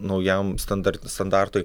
naujam standart standartui